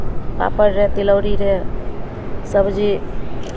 पापड़ रे तिलौरी रे सबजी